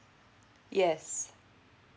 yes